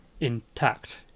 intact